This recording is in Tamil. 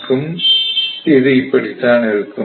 ககும் இது இப்படித்தான் நடக்கும்